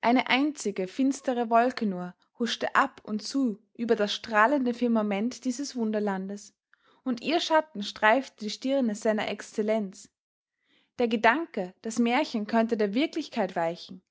eine einzige finstere wolke nur huschte ab und zu über das strahlende firmament dieses wunderlandes und ihr schatten streifte die stirne seiner excellenz der gedanke das märchen könnte der wirklichkeit weichen